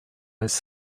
his